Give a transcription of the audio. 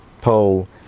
pole